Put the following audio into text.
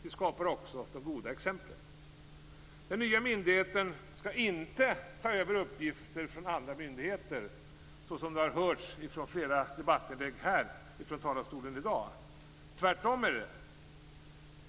Vi skapar också de goda exemplen. Den nya myndigheten skall inte ta över uppgifter från andra myndigheter, såsom har hörts i flera debattinlägg från talarstolen här i dag. Tvärtom.